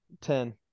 Ten